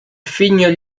fines